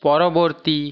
পরবর্তী